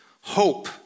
Hope